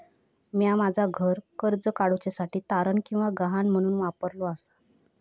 म्या माझा घर कर्ज काडुच्या साठी तारण किंवा गहाण म्हणून वापरलो आसा